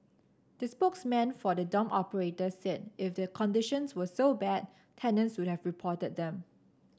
the spokesman for the dorm operator said if the conditions were so bad tenants would have reported them